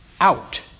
out